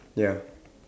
ya